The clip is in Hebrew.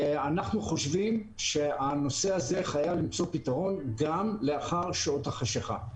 אנחנו חושבים שהנושא הזה חייב למצוא פתרון גם לאחר שעות החשיכה,